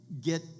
get